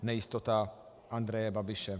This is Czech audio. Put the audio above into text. Nejistota Andreje Babiše.